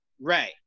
Ray